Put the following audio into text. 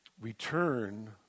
return